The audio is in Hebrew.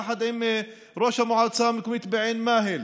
יחד עם ראש המועצה המקומית בעין מאהל.